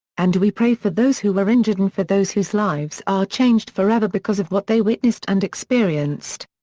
and we pray for those who were injured and for those whose lives are changed forever because of what they witnessed and experienced.